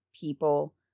people